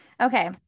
Okay